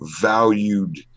valued